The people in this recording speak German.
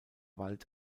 wald